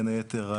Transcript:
בין היתר,